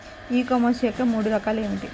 ఈ కామర్స్ యొక్క మూడు రకాలు ఏమిటి?